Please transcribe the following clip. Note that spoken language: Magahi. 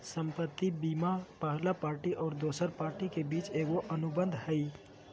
संपत्ति बीमा पहला पार्टी और दोसर पार्टी के बीच एगो अनुबंध हइ